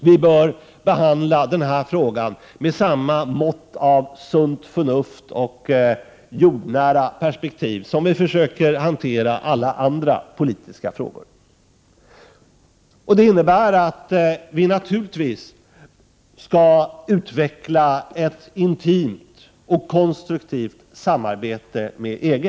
Vi bör behandla EG-frågan med samma mått av sunt förnuft och jordnära perspektiv med vilket vi försöker hantera alla andra politiska frågor. Det innebär att vi naturligtvis skall utveckla ett intimt och konstruktivt samarbete med EG.